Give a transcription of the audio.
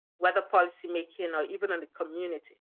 whether policymaking or even in the community.